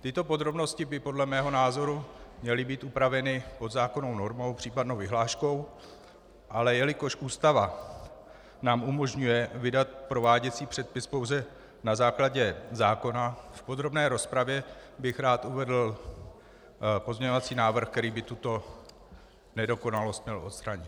Tyto podrobnosti by podle mého názoru měly být upraveny podzákonnou normou, případnou vyhláškou, ale jelikož Ústava nám umožňuje vydat prováděcí předpis pouze na základě zákona, v podrobné rozpravě bych rád uvedl pozměňovací návrh, který by tuto nedokonalost měl odstranit.